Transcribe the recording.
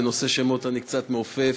בנושא שמות אני קצת מעופף.